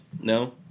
no